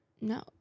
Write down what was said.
no